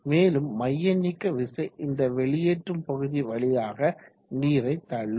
மேலும் மையநீக்க விசை இந்த வெளியேற்றும் பகுதி வழியாக நீரை தள்ளும்